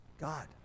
God